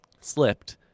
slipped